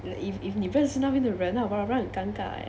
like if if 你不认识那边的人很尴尬 eh